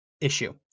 issue